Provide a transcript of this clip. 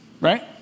right